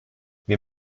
wir